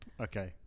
Okay